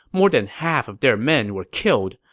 more than half of their men were killed,